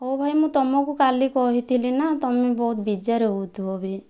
ହେଉ ଭାଇ ମୁଁ ତୁମକୁ କାଲି କହିଥିଲି ନା ତୁମେ ବହୁତ ବିଜାର ହେଉଥିବ ଅଭି